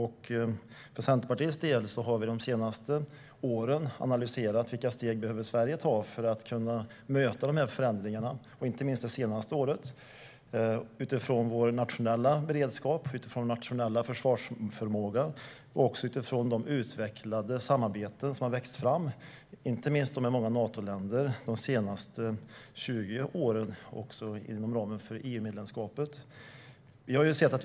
Centerpartiet har under de senaste åren analyserat vilka steg Sverige behöver ta för att kunna möta förändringarna, inte minst under det senaste året, utifrån vår nationella beredskap, vår nationella försvarsförmåga och också de utvecklade samarbeten som har vuxit fram. Det gäller särskilt många Natoländer och även inom ramen för EU-medlemskapet under de senaste 20 åren.